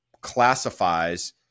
classifies